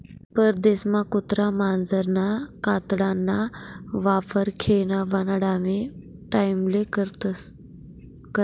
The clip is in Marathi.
परदेसमा कुत्रा मांजरना कातडाना वापर खेयना बनाडानी टाईमले करतस